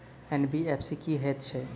NBFC की हएत छै?